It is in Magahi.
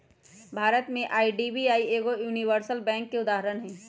भारत में आई.डी.बी.आई एगो यूनिवर्सल बैंक के उदाहरण हइ